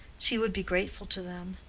she would be grateful to them.